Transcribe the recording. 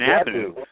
Avenue